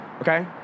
okay